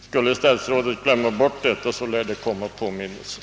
Skulle statsrådet glömma bort saken, så lär det komma påminnelser.